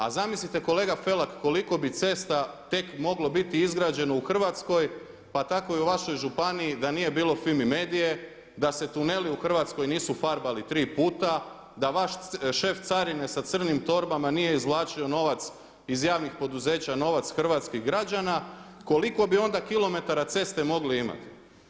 A zamislite kolega Felak koliko bi cesta tek moglo biti izgrađeno u Hrvatskoj, pa tako i u vašoj županiji da nije bilo FIMI Medie, da se tuneli u Hrvatskoj nisu farbali tri puta, da vaš šef carine sa crnim torbama nije izvlačio novac iz javnih poduzeća, novac hrvatskih građana koliko bi onda kilometara ceste mogli imati.